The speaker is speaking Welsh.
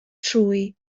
trwy